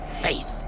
Faith